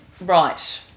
right